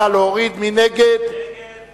ההסתייגות של חברי הכנסת מרינה סולודקין ויוחנן